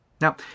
Now